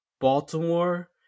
Baltimore